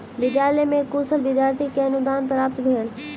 विद्यालय में कुशल विद्यार्थी के अनुदान प्राप्त भेल